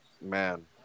Man